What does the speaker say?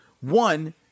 one